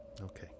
Okay